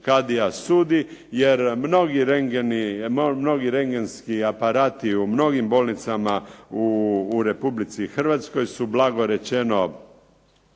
mnogi rengeni, mnogi rengenski aparati u mnogim bolnicama u Republici Hrvatskoj su blago rečeno